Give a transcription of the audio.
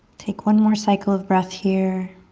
take one more cycle of breath here.